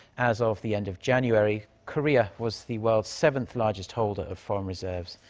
as of the end of january. korea was the world's seventh largest holder of foreign reserves.